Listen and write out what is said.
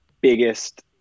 biggest